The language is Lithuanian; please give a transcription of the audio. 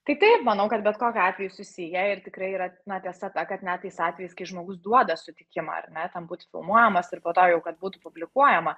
tai taip manau kad bet kokiu atveju susiję ir tikrai yra na tiesa ta kad net tais atvejis kai žmogus duoda sutikimą ar ne ten būti filmuojamas ir po to jau kad būtų publikuojama